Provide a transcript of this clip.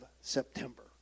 September